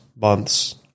months